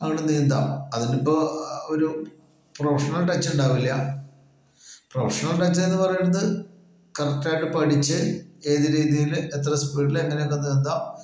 ആണ് നീന്താം അതിനിപ്പോ ഒരു പ്രൊഫഷണൽ ടച്ച് ഉണ്ടാകുന്നില്ല പ്രൊഫഷണൽ ടച്ച് എന്ന് പറയണത് കറക്റ്റായിട്ട് പഠിച്ച് ഏത് രീതിയില് എത്ര സ്പീഡില് എങ്ങനെയൊക്കെ നീന്താം